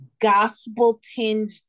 gospel-tinged